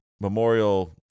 memorial